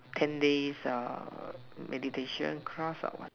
ten days uh meditation class ah